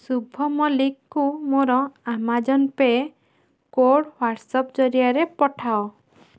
ସୁଭ ମଲ୍ଲିକଙ୍କୁ ମୋର Amazon Pay code WhatsApp ଜରିଆରେ ପଠାଅ